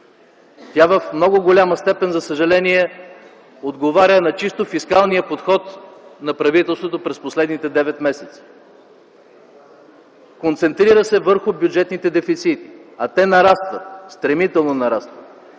Тя в много голяма степен, за съжаление, отговаря на чисто фискалния подход на правителството през последните девет месеца. Концентрира се върху бюджетните дефицити, а те нарастват, стремително нарастват!